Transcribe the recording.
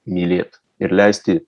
mylėt ir leisti